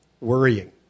worrying